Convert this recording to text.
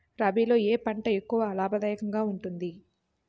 రబీలో ఏ పంట ఎక్కువ లాభదాయకంగా ఉంటుంది?